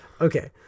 Okay